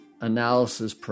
analysis